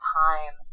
time